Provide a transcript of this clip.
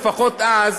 לפחות אז,